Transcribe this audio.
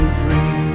free